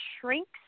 shrinks